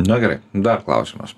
nu gerai dar klausimas